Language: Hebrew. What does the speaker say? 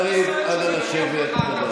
חבר הכנסת קריב, נא לשבת.